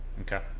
Okay